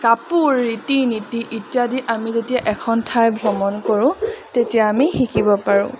কাপোৰ ৰীতি নীতি ইত্যাদি আমি যেতিয়া এখন ঠাই ভ্ৰমণ কৰোঁ তেতিয়া আমি শিকিব পাৰোঁ